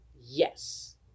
Yes